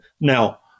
Now